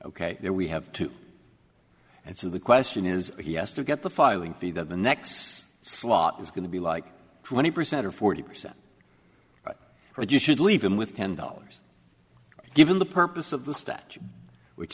ok there we have two and so the question is yes to get the filing fee that the next slot is going to be like twenty percent or forty percent or you should leave him with ten dollars given the purpose of the statute which